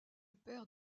père